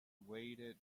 waited